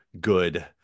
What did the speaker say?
good